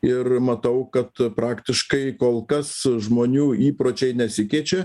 ir matau kad praktiškai kol kas žmonių įpročiai nesikeičia